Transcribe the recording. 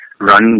run